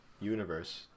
universe